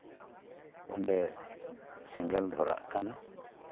ᱚᱰᱮ ᱥᱮᱸᱜᱮᱞ ᱫᱷᱚᱨᱟᱜ ᱠᱟᱱᱟ